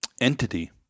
entity